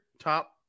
top